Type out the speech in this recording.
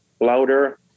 louder